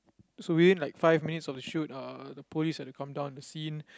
so within like five minutes of the shoot uh the police had to come down to the scene